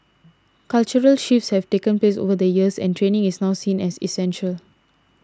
cultural shifts have taken place over the years and training is now seen as essential